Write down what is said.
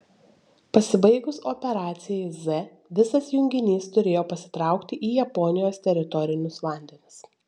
pasibaigus operacijai z visas junginys turėjo pasitraukti į japonijos teritorinius vandenis